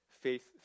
Faith